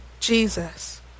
Jesus